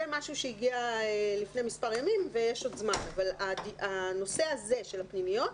זה משהו שהגיע לפני מספר ימים ויש עוד זמן אבל הנושא הזה של הפנימיות,